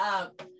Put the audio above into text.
up